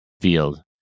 field